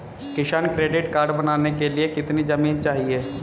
किसान credit card बनाने के लिए कितनी जमीन चाहिए?